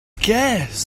scarce